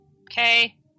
okay